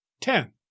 ten